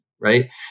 right